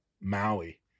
Maui